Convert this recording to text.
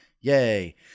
Yay